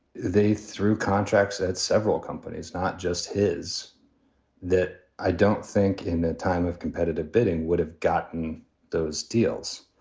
they threw contracts at several companies, not just his that i don't think in a time of competitive bidding would have gotten those deals.